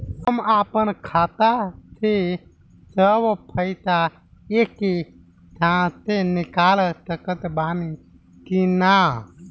हम आपन खाता से सब पैसा एके साथे निकाल सकत बानी की ना?